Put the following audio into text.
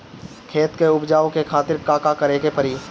खेत के उपजाऊ के खातीर का का करेके परी?